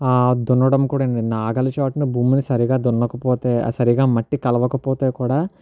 దున్నడం కూడా అండీ నాగలి చోటున భూమిని సరిగా దున్నకపోతే ఆ సరిగా మట్టి కలవకపోతే కూడా